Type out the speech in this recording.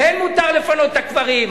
כן מותר לפנות את הקברים,